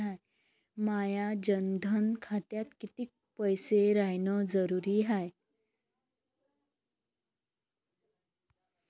माया जनधन खात्यात कितीक पैसे रायन जरुरी हाय?